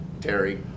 Terry